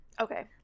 Okay